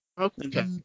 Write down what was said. Okay